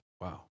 wow